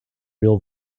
real